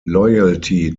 loyalty